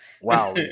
Wow